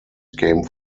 came